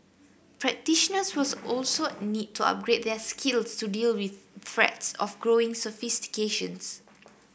practitioners will also need to upgrade their skills to deal with threats of growing sophistications